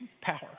power